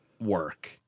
work